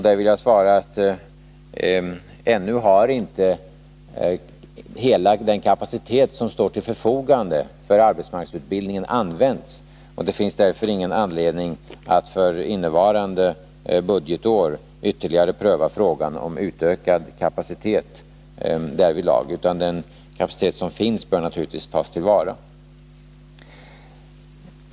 Där vill jag säga att ännu har inte hela den kapacitet använts som står till förfogande när det gäller arbetsmarknadsutbildningen. Det finns därför ingen anledning att för innevarande budgetår ytterligare pröva frågan om utökad kapacitet därvidlag. Men den kapacitet som finns bör naturligtvis tas till vara.